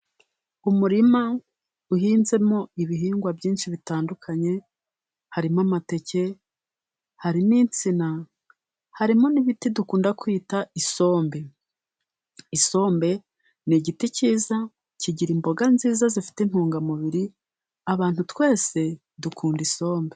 Umurima uhinzemo ibihingwa byinshi bitandukanye. Harimo amateke, hari n'insina, harimo n'ibiti dukunda kwita isombe. Isombe ni igiti cyiza kigira imboga nziza, zifite intungamubiri. Aabantu twese dukunda isombe.